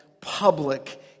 public